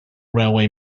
railway